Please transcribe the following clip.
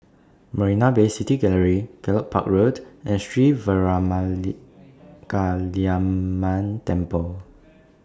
Marina Bay City Gallery Gallop Park Road and Sri Veeramakaliamman Temple